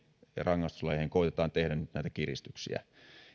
ja rangaistuslajeihin koetetaan tehdä nyt näitä kiristyksiä